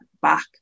back